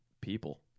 people